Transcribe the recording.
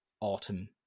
autumn